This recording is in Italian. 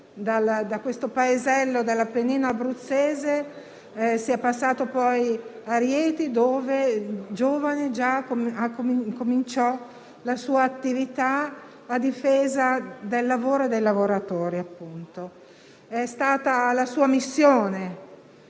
da un paesello dell'Appennino abruzzese, sia passato poi a Rieti, dove già da giovane cominciò la sua attività in difesa del lavoro e dei lavoratori. È stata la sua missione,